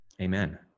Amen